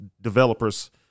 developers